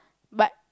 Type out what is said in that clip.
but